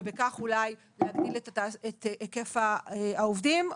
ובכך אולי להגדיל את היקף העובדים?